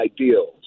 ideals